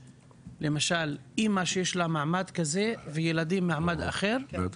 למשל אמא שיש לה מעמד כזה וילדים במעמד אחר?